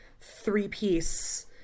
three-piece